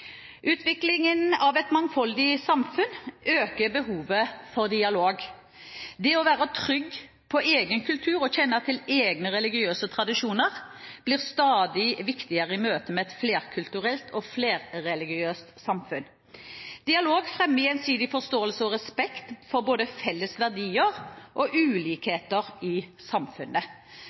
Utviklingen av et mangfoldig samfunn øker behovet for dialog. Det å være trygg på egen kultur og kjenne til egne religiøse tradisjoner blir stadig viktigere i møte med et flerkulturelt og flerreligiøst samfunn. Dialog fremmer gjensidig forståelse og respekt for både felles verdier og ulikheter i samfunnet.